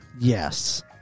Yes